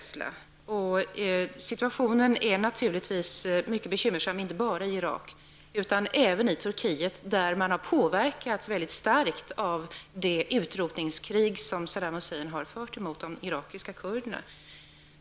Situationen är naturligtvis mycket bekymmersam, inte bara i Irak utan även i Turkiet, där kurderna har påverkats väldigt starkt av det utrotningskrig som Saddam Hussein har fört mot de irakiska kurderna.